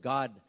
God